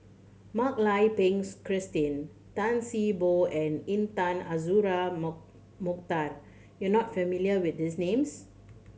Mak Lai Peng's Christine Tan See Boo and Intan Azura Mokhtar you are not familiar with these names